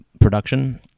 production